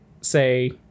say